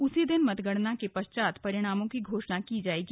उसी दिन मतगणना के पश्चात परिणामों की घोषणा की जाएगी